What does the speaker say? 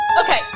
Okay